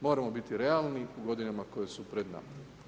Moramo biti realni u godinama koje su pred nama.